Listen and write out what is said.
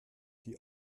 die